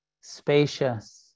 spacious